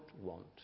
want